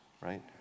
right